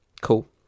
cool